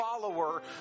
follower